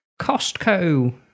Costco